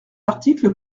articles